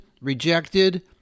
rejected